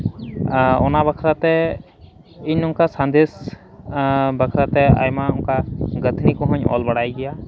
ᱚᱱᱟ ᱵᱟᱠᱷᱨᱟ ᱛᱮ ᱤᱧ ᱚᱱᱠᱟ ᱥᱟᱸᱫᱮᱥ ᱵᱟᱠᱷᱨᱟ ᱛᱮ ᱟᱭᱢᱟ ᱚᱱᱠᱟ ᱜᱟᱹᱛᱷᱱᱤ ᱠᱚᱦᱚᱸᱧ ᱚᱞ ᱵᱟᱲᱟᱭ ᱜᱮᱭᱟ